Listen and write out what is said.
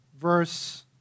verse